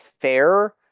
fair